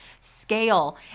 scale